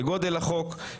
לגודל החוק,